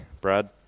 Brad